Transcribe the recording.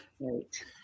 right